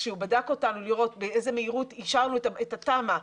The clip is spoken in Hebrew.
כשהוא בדק אותנו לראות באיזה מהירות אישרנו את התמ"א,